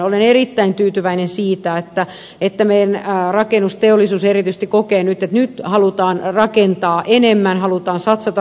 olen erittäin tyytyväinen että rakennusteollisuus erityisesti kokee nyt että nyt halutaan rakentaa enemmän halutaan satsata rakennusteollisuuteen